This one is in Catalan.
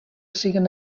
siguen